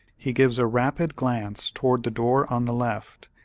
he gives a rapid glance toward the door on the left,